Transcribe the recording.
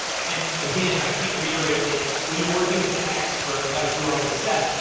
and again i can't reiterate it when you're working with an expert like you are with seth.